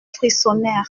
frissonnèrent